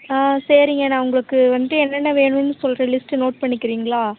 ஆ சரிங்க நான் உங்களுக்கு வந்து என்னென்ன வேணும்ன்னு சொல்கிறேன் லிஸ்ட்டு நோட் பண்ணிக்கிறீங்களா